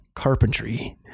carpentry